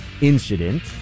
incident